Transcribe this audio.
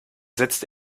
setzt